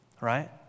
right